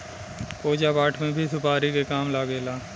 पूजा पाठ में भी सुपारी के काम लागेला